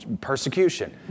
persecution